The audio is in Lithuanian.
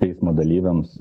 teismo dalyviams